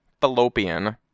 fallopian